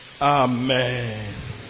Amen